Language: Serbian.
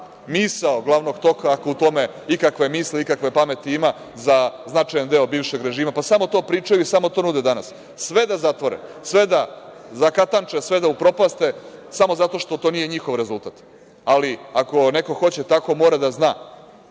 misao glavnog toka, ako u tome ikakve misli, ikakve pameti ima za značajan deo bivšeg režima. Samo to pričaju i samo to nude danas. Sve da zatvore, sve da zakatanče, sve da upropaste samo zato što to nije njihov rezultat, ali ako neko hoće tako, mora da zna,